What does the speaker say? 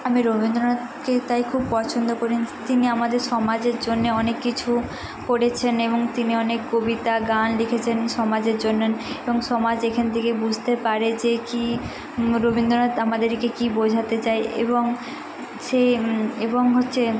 আমি রবীন্দ্রনাথকে তাই খুব পছন্দ করি তিনি আমাদের সমাজের জন্যে অনেক কিছু করেছেন এবং তিনি অনেক কবিতা গান লিখেছেন সমাজের জন্য এবং সমাজ এখন থেকে বুঝতে পারে যে কী রবীন্দ্রনাথ আমাদেরকে কী বোঝাতে চায় এবং সে এবং হচ্ছে